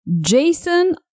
Jason